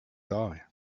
die